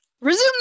Resume